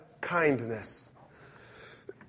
kindness